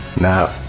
no